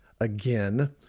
again